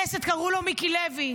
הכנסת, מירב בן ארי ביקשה.